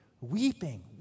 weeping